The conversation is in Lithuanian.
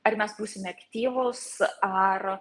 ar mes būsime aktyvūs ar